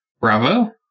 Bravo